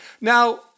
Now